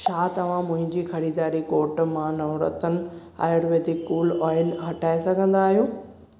छा तव्हां मुंहिंजी ख़रीदारी कोट मां नवरत्न आयुर्वेदिक कूल ऑइल हटाए सघंदा आहियो